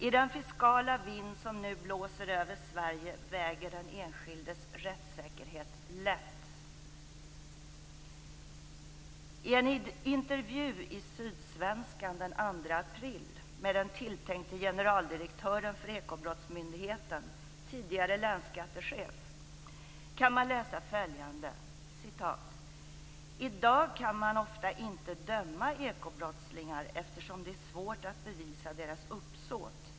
I den fiskala vind som nu blåser över Sverige väger den enskildes rättssäkerhet lätt. I en intervju i Sydsvenskan den 2 april med den tilltänkte generaldirektören för ekobrottsmyndigheten, tidigare länsskattechef, kan man läsa följande: "Idag kan man ofta inte döma ekobrottslingar eftersom det är svårt att bevisa deras uppsåt.